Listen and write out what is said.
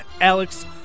Alex